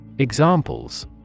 Examples